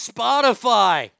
Spotify